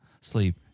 Sleep